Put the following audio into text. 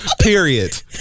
period